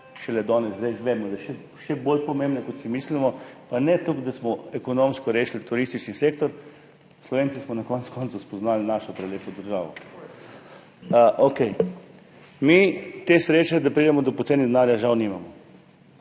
šele danes, zdaj, izvemo, da je še bolj pomembna, kot si mislimo, pa ne toliko zato, ker smo ekonomsko rešili turistični sektor. Slovenci smo na koncu koncev spoznali našo prelepo državo. Mi te sreče, da pridemo do poceni denarja, žal nimamo,